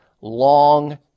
long